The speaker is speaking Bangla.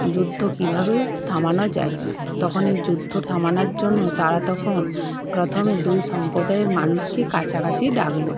যুদ্ধ কীভাবে থামানো যায় তখন এই যুদ্ধ থামানোর জন্য তারা তখন প্রথমে দুই সম্প্রদায়ের মানুষকে কাছাকাছি ডাকল